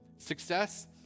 Success